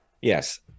yes